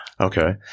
Okay